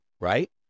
right